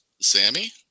Sammy